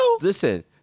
Listen